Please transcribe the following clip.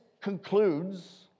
concludes